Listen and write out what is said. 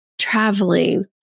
traveling